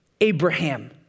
Abraham